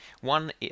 One